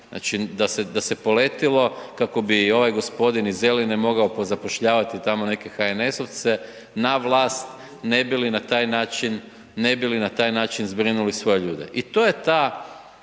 Znači, da se poletilo kako bi ovaj gospodin iz Zeline mogao pozapošljavati tamo neke HNS-ovca na vlast ne bi li na taj način, ne bi li na taj način